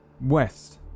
west